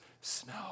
snow